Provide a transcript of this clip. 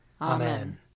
Amen